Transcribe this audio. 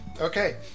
okay